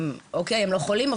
נכון הם לא חולים,